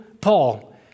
Paul